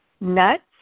Nuts